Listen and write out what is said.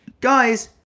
Guys